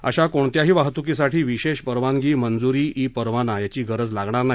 अशा कोणत्याही वाहतुकीसाठी विशाध परवानगीमंजुरीइ परवाना याची गरज लागणार नाही